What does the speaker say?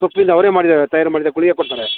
ಸೊಪ್ಪಿಂದ ಅವರೇ ಮಾಡಿದ ತಯಾರು ಮಾಡಿದ ಗುಳಿಗೆ ಕೊಡ್ತಾರೆ